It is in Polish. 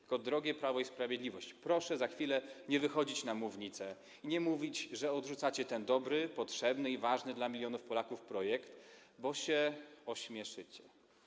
Tylko, drogie Prawo i Sprawiedliwość, proszę za chwilę nie wychodzić na mównicę i nie mówić, że odrzucacie ten dobry, potrzebny i ważny dla milionów Polaków projekt, bo się ośmieszycie.